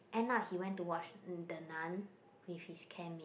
end up he went to watch the Nun with his camp mates